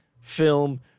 film